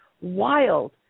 wild